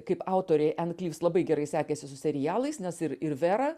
kaip autorei en klyvs labai gerai sekėsi su serialais nes ir ir vera